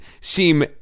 seem